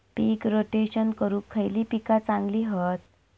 पीक rotation करूक खयली पीका चांगली हत?